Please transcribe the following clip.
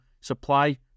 supply